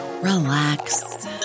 relax